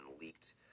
leaked